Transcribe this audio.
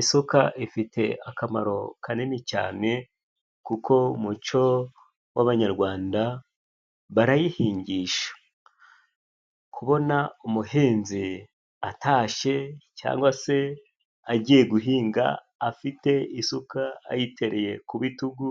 Isuka ifite akamaro kanini cyane kuko mu mucyo w'abanyarwanda barayihingisha. Kubona umuhinzi atashye cyangwa se agiye guhinga afite isuka ayitereye ku bitugu